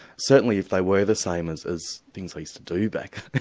certainly if they were the same as as things i used to do back